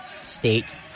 State